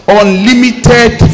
unlimited